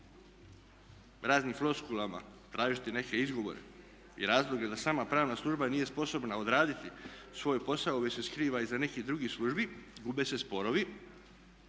Raznim floskulama tražiti neke izgovore i razloge da sama pravna služba nije sposobna odraditi svoj posao već se skriva iza nekih drugih službi, gube se sporovi